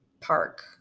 park